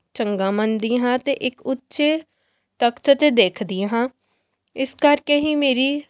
ਚੰਗਾ ਮੰਨਦੀ ਹਾਂ ਅਤੇ ਇੱਕ ਉੱਚੇ ਤਖ਼ਤ 'ਤੇ ਦੇਖਦੀ ਹਾਂ ਇਸ ਕਰਕੇ ਹੀ ਮੇਰੀ